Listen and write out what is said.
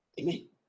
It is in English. Amen